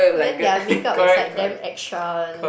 then their make-up is like damn extra one